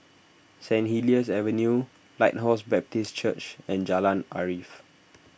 Saint Helier's Avenue Lighthouse Baptist Church and Jalan Arif